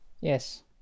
Yes